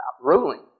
Ruling